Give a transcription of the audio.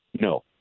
no